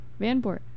Vanport